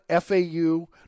FAU